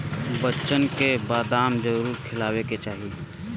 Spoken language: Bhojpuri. बच्चन के बदाम जरूर खियावे के चाही